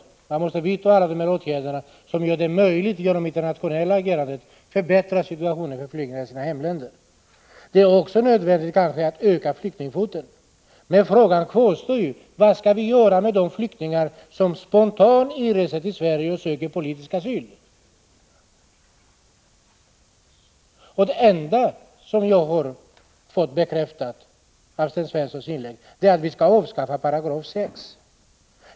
Men man måste vidta alla de åtgärder som gör det möjligt att genom internationellt agerande förbättra situationen för flyktingar i hemländerna. Det är också nödvändigt att öka flyktingkvoten. Men frågan kvarstår: Vad skall vi göra med de flyktingar som spontant inreser till Sverige och söker politisk asyl? Det enda som jag fick bekräftat i Sten Svenssons inlägg är att vi skall avskaffa 6 §.